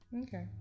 Okay